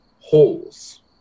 holes